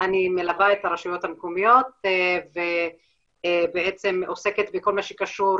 אני מלווה את הרשויות המקומיות ועוסקת בכל מה שקשור